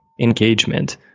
engagement